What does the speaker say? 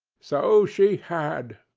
so she had,